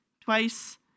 twice